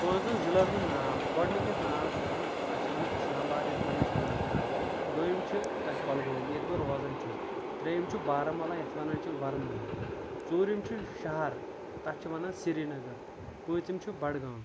پانٛژن ضِلعن ہُنٛد ناو گۄڈٕنیُک یَتھ ناو چھِ أسۍ وَنان تَتھ چھِ ونان اسلام آباد یِتھ وَنان چھِ اننت ناگ دوٚیُم چھُ کۄلگوم ییٚتہِ بہٕ روزان چھُس تریٚیِم چھُ بارہ مُلہ یَتھ وَنان چھٕ وَرٕمُل ژوٗریُم چھُ شَہر تَتھ چھِ ونان سری نَگر پوٗنژِم چھُ بڈگام